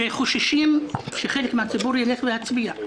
שחוששים שחלק מהציבור ילך להצביע.